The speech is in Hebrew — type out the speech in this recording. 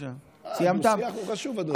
הדו-שיח הוא חשוב, אדוני.